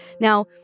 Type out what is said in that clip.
Now